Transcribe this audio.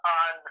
on